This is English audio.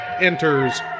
Enters